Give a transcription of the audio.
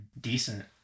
decent